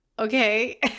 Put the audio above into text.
Okay